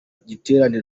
giterane